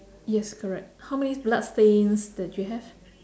yes correct how many blood stains did you have